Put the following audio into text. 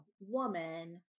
woman